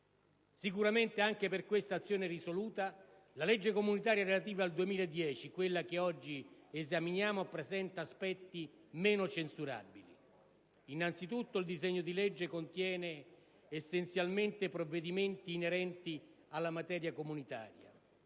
Sicuramente, anche per questa azione risoluta, la legge comunitaria relativa al 2010, quella che oggi esaminiamo, presenta aspetti meno censurabili. Innanzitutto il disegno di legge contiene essenzialmente provvedimenti inerenti alla materia comunitaria.